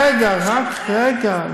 רק רגע, רק רגע.